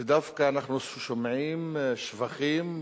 ודווקא אנחנו שומעים שבחים